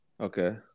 Okay